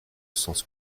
sens